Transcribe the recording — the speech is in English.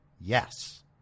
Yes